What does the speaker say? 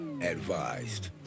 advised